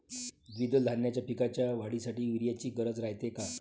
द्विदल धान्याच्या पिकाच्या वाढीसाठी यूरिया ची गरज रायते का?